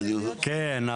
כן,